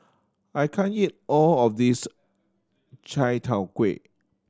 I can't eat all of this Chai Tow Kuay